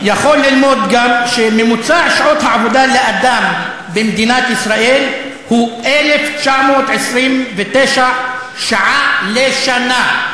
יכול ללמוד שממוצע שעות העבודה לאדם במדינת ישראל הוא 1,929 שעות לשנה,